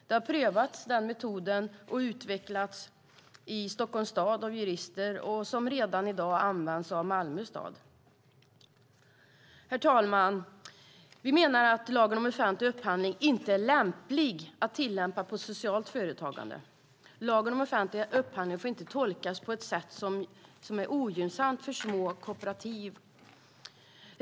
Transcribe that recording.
Den metoden har prövats och utvecklats i Stockholms stad av jurister. Och den används redan i dag av Malmö stad. Herr talman! Vi menar att lagen om offentlig upphandling inte är lämplig att tillämpa på socialt företagande. Lagen om offentlig upphandling får inte tolkas på ett sätt som är ogynnsamt för små kooperativ.